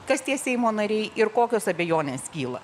kas tie seimo nariai ir kokios abejonės kyla